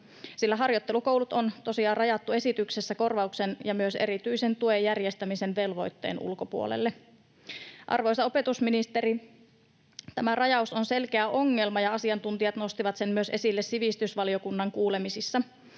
sillä harjoittelukoulut on tosiaan rajattu esityksessä korvauksen ja myös erityisen tuen järjestämisen velvoitteen ulkopuolelle. Arvoisa opetusministeri, tämä rajaus on selkeä ongelma, ja asiantuntijat nostivat sen myös esille sivistysvaliokunnan kuulemisissa.